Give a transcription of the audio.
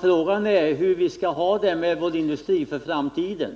Frågan är hur vi skall ha det med vår industri för framtiden.